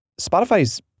Spotify's